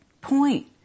point